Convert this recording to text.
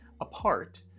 apart